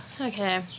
Okay